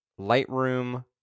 Lightroom